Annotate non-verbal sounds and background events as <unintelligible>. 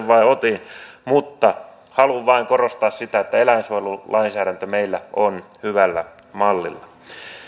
<unintelligible> vain otin mutta haluan vain korostaa sitä että eläinsuojelulainsäädäntö meillä on hyvällä mallilla